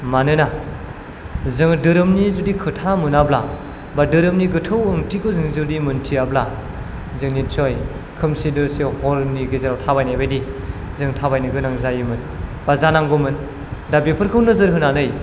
मानोना जोङो धोरोमनि जुदि खोथा मोनाब्ला बा धोरोमनि गोथौ ओंथिखौ जोङो जुदि मोन्थियाब्ला जों नितसय खोमसि दरसि हरनि गेजेराव थाबायनाय बादि जों थाबायनो गोनां जायोमोन बा जानांगौमोन दा बेफोरखौ नोजोर होनानै